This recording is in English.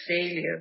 failure